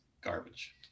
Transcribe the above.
Garbage